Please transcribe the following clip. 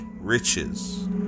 riches